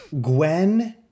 Gwen